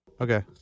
Okay